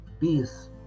peace